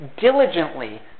diligently